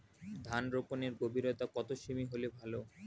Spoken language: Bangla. ধান রোপনের গভীরতা কত সেমি হলে ভালো?